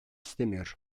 istemiyor